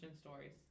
stories